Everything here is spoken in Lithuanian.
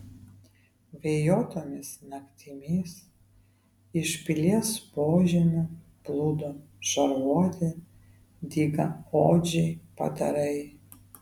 vėjuotomis naktimis iš pilies požemių plūdo šarvuoti dygiaodžiai padarai